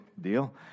deal